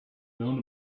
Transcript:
known